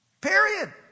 Period